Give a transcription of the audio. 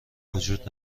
وجود